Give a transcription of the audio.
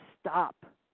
stop